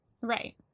right